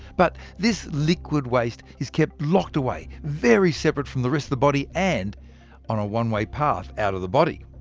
but this liquid waste is kept locked away, very separate from the rest of the body, and on a one-way path out of the body.